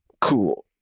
cool